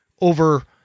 over